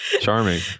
charming